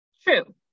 True